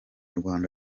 rwanda